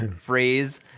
phrase